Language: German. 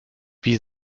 wie